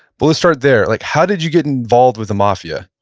but let's start there. like how did you get involved with the mafia?